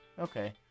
Okay